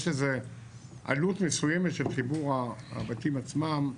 יש עלות מסוימת של חיבור הבתים עצמם.